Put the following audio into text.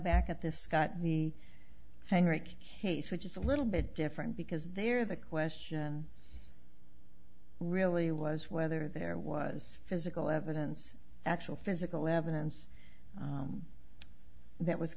back at this scott we hang rick case which is a little bit different because there the question really was whether there was physical evidence actual physical evidence that was